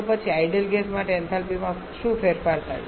તો પછી ideal gas માટે એન્થાલ્પીમાં શું ફેરફાર થાય છે